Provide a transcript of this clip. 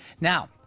now